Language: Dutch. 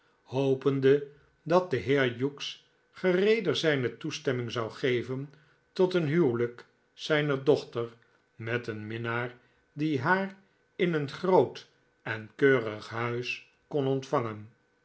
hopende dat de heer hughes gereeder zijne toestemming zou geven tot een huwelijk zijner dochter met een minnaar die haar in een groot en keurig huis kon ontvangen